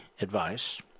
advice